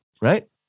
right